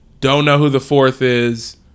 don't-know-who-the-fourth-is